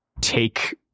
take